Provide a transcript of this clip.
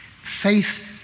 Faith